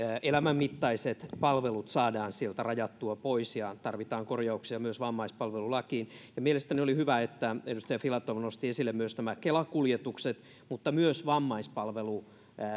elämänmittaiset palvelut saadaan sieltä rajattua pois ja myös tarvitaan korjauksia vammaispalvelulakiin mielestäni oli hyvä että edustaja filatov nosti esille myös nämä kela kuljetukset mutta myös vammaispalvelulain